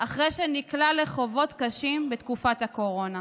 אחרי שנקלע לחובות קשים בתקופת הקורונה.